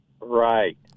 Right